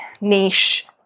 niche